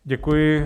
Děkuji.